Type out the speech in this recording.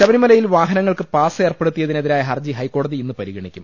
ശബരിമലയിൽ വാഹനങ്ങൾക്ക് പാസ് ഏർപ്പെടുത്തിയ തിനെതിരായ ഹർജി ഹൈക്കോടതി ഇന്ന് പരിഗണിക്കും